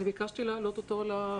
אני ביקשתי להעלות אותו לזום.